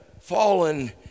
fallen